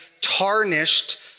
tarnished